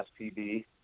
spb